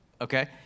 Okay